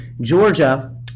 Georgia